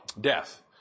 Death